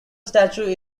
statue